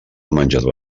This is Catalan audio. menjador